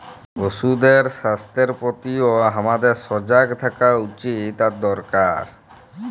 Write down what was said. পশুদের স্বাস্থ্যের প্রতিও হামাদের সজাগ থাকা উচিত আর দরকার